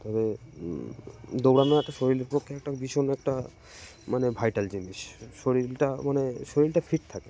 তবে দৌড়ানো একটা শরীরের পক্ষে একটা ভীষণ একটা মানে ভাইটাল জিনিস শরীরটা মানে শরীরটা ফিট থাকে